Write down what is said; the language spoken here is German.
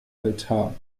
altar